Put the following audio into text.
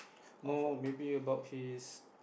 more maybe about his